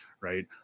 right